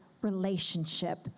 relationship